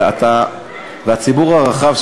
והציבור הרחב,